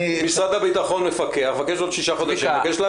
משרד הביטחון מפקח ומבקש עוד שישה חודשים.